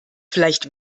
vielleicht